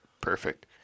Perfect